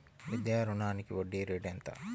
విద్యా రుణానికి వడ్డీ రేటు ఎంత?